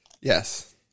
Yes